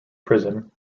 prison